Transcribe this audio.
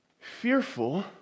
fearful